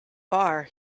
far